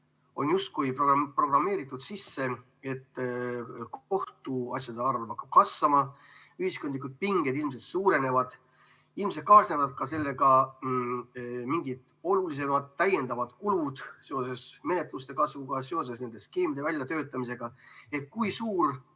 on justkui sisse programmeeritud, et kohtuasjade arv hakkab kasvama ja ühiskondlikud pinged ilmselt suurenevad. Ilmselt kaasnevad ka mingid olulised täiendavad kulud seoses menetluste [arvu] kasvuga, seoses nende skeemide väljatöötamisega. Kui suured